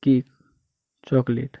cake chocolate